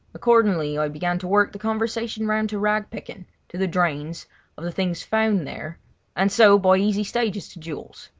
accordingly i began to work the conversation round to rag-picking to the drains of the things found there and so by easy stages to jewels.